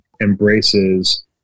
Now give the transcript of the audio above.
embraces